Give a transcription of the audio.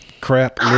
crap